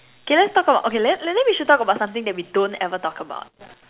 okay let's talk about okay let's maybe we should talk about something that we don't ever talk about